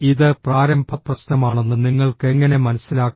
ഇത് പ്രാരംഭ പ്രശ്നമാണെന്ന് നിങ്ങൾക്ക് എങ്ങനെ മനസ്സിലാക്കാം